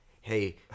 hey